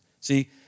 See